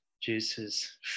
juices